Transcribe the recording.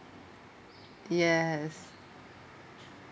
yes